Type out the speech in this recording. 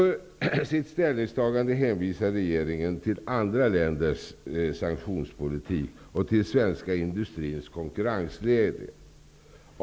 Regeringen hänvisar till andra länders sanktionspolitik och till svenska industrins konkurrensläge för sitt ställningstagande.